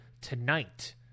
tonight